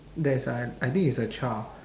there's a I think is a child